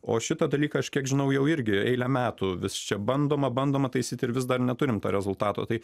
o šitą dalyką aš kiek žinau jau irgi eilę metų vis čia bandoma bandoma taisyt ir vis dar neturim to rezultato tai